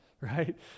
right